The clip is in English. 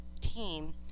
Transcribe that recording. team